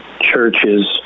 churches